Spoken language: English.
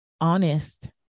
honest